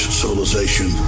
civilization